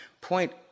point